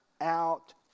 out